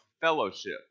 fellowship